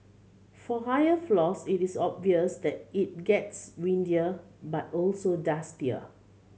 for higher floors it is obvious that it gets windier but also dustier